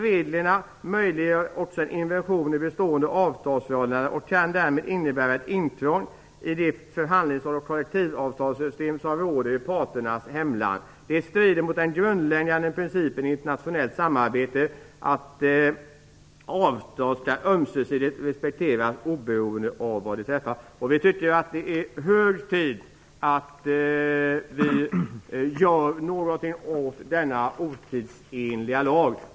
Reglerna möjliggör också en intervention i bestående avtalsförhållanden och kan därmed innebära ett intrång i det förhandlings och kollektivavtalssystem som råder i parternas hemland. Det strider mot den grundläggande principen i internationellt samarbete att avtal skall ömsesidigt respekteras oberoende av var de träffas. Vi tycker att det är hög tid att vi gör någonting åt denna otidsenliga lag.